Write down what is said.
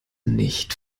nicht